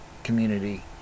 community